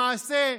למעשה,